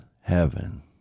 heaven